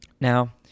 now